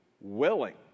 willing